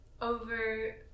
over